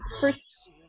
first